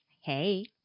Hey